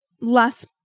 less